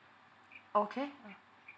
okay